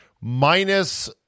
minus